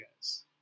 guys